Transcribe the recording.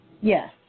Yes